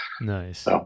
Nice